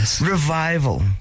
Revival